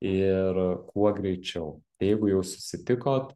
ir kuo greičiau jeigu jau susitikot